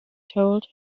told